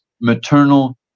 maternal